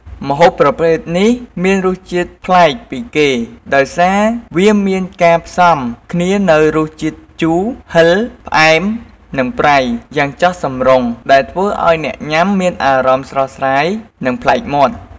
ម្ហូបប្រភេទនេះមានរសជាតិប្លែកពីគេ ដោយសារវាមានការផ្សំគ្នានូវ រសជាតិជូរ ហឹរ ផ្អែម និងប្រៃ យ៉ាងចុះសម្រុង ដែលធ្វើឱ្យអ្នកញ៉ាំមានអារម្មណ៍ស្រស់ស្រាយ និងប្លែកមាត់។